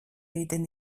egiten